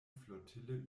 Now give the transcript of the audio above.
flottille